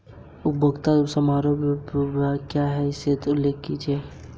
किसानों द्वारा उपयोग में लाई जाने वाली कृषि पद्धतियाँ कौन कौन सी हैं?